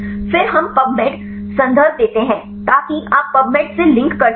फिर हम PubMed संदर्भ देते हैं ताकि आप पब मेड से लिंक कर सकें